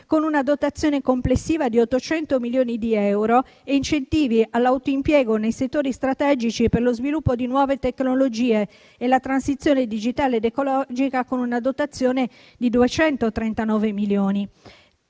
con una dotazione complessiva di 800 milioni di euro, e incentivi all'autoimpiego nei settori strategici e per lo sviluppo di nuove tecnologie e la transizione digitale ed ecologica, con una dotazione di 239 milioni.